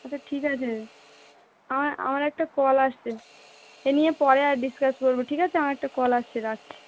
আচ্ছা ঠিক আছে আমা আমার একটা কল আসছে এ নিয়ে পরে আর ডিসকাস করবো ঠিক আছে আমার কল আসছে রাখছি